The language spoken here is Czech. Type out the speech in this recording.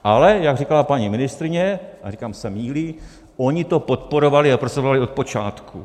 Ale jak říkala paní ministryně, já říkám, se mýlí, oni to podporovali a prosazovali od počátku.